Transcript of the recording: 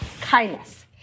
kindness